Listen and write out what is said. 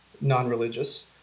non-religious